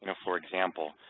and for example,